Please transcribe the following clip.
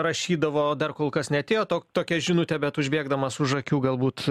rašydavo dar kol kas neatėjo to tokia žinutė bet užbėgdamas už akių galbūt